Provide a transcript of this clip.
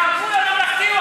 תעברו לממלכתי.